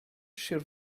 sir